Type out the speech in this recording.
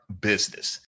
business